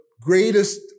greatest